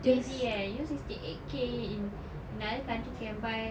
crazy eh you know sixty eight K in another country can buy